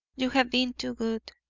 you have been too good,